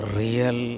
real